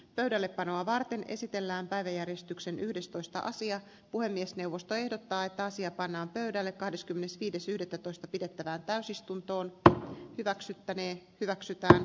pöydällepanoa varten esitellään päiväjärjestyksen yhdestoista sija puhemiesneuvosto ehdottaa että asia pannaan pöydälle kahdeskymmenesviides yhdettätoista pidettävään tulisi ja hyväksyttäneen hyväksytä